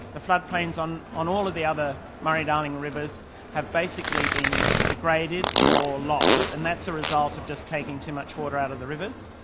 the floodplains on on all of the other murray darling rivers have basically been degraded or lost and that's a result of just taking too much water out of the rivers.